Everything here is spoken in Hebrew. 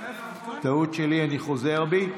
טעות שלי, אני חוזר בי.